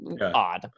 odd